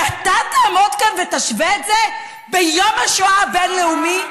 ואתה תעמוד כאן ותשווה את זה ביום השואה הבין-לאומי?